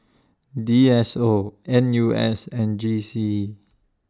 D S O N U S and G C E